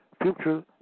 future